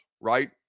right